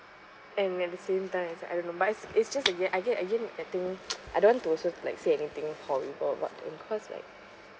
and at the same time I said I remember I it's just again that thing I don't want to also like say anything horrible about it cause like